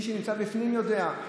מי שנמצא בפנים יודע.